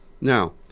Now